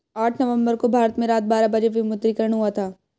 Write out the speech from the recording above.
आठ नवम्बर को भारत में रात बारह बजे विमुद्रीकरण हुआ था